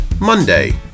monday